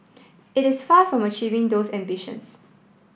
it is far from achieving those ambitions